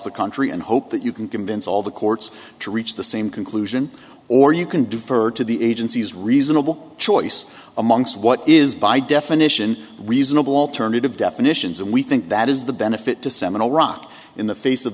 the country and hope that you can convince all the courts to reach the same conclusion or you can defer to the agency's reasonable choice amongst what is by definition reasonable alternative definitions and we think that is the benefit to seminal rock in the face of